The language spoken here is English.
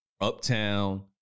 uptown